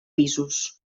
pisos